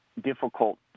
difficult